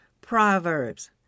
Proverbs